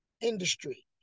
industry